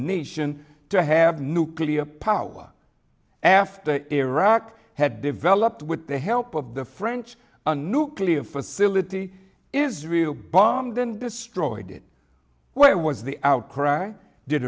nation to have nuclear power after iraq had developed with the help of the french a nuclear facility israel bombed and destroyed it where was the outcry did